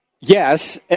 Yes